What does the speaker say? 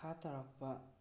ꯃꯈꯥ ꯇꯥꯔꯛꯄ